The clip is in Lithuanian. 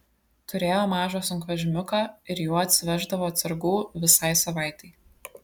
turėjo mažą sunkvežimiuką ir juo atsiveždavo atsargų visai savaitei